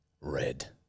Red